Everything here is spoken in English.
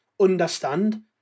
understand